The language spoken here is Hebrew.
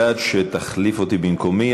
ועד שתחליף אותי במקומי,